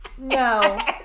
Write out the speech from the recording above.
No